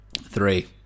Three